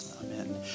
Amen